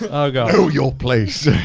oh god. know your place.